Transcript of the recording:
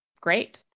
Great